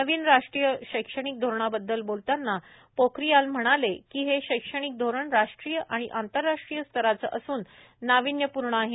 नवीन राष्ट्रीय शैक्षणिक धोरणाबद्दल बोलताना रमेश पोखरियाल म्हणाले हे शैक्षणिक धोरण राष्ट्रीय आंतराष्ट्रीय स्तराचे असून नावीन्यपूर्ण आहे